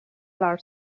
our